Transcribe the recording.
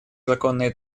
законные